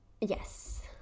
Yes